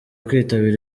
kwitabira